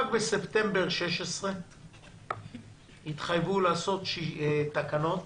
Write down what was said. בספטמבר 2016 והתחייבו לעשות תקנות